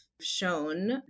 shown